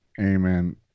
Amen